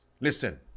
listen